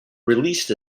released